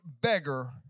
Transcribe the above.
beggar